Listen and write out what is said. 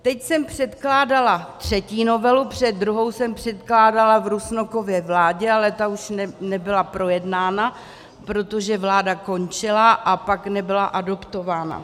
Teď jsem předkládala třetí novelu, protože druhou jsem předkládala v Rusnokově vládě, ale ta už nebyla projednána, protože vláda končila, a pak nebyla adoptována.